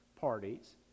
parties